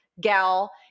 gal